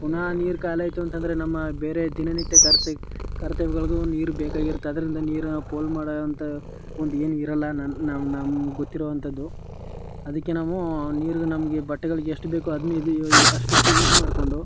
ಪುನಃ ನೀರು ಖಾಲಿಯಾಯ್ತು ಅಂತಂದರೆ ನಮ್ಮ ಬೇರೆ ದಿನನಿತ್ಯ ಕರ್ತ ಕರ್ತವ್ಯಗಳಿಗೂ ನೀರು ಬೇಕಾಗಿರುತ್ತೆ ಆದ್ದರಿಂದ ನೀರನ್ನು ಪೋಲು ಮಾಡುವಂಥ ಒಂದು ಏನೂ ಇರಲ್ಲ ನನ್ನ ನಮ್ಮ ನಮ್ಗೆ ಗೊತ್ತಿರೋವಂಥದ್ದು ಅದಕ್ಕೆ ನಾವು ನೀರು ನಮಗೆ ಬಟ್ಟೆಗಳಿಗೆ ಎಷ್ಟು ಬೇಕೋ ಅದ್ನ ಇ ಅಷ್ಟಕ್ಕೆ ಯೂಸ್ ಮಾಡಿಕೊಂಡು